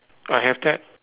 I have that